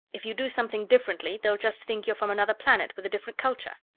if you do something differently, they'll just think you're from another planet with a different culture.